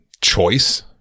choice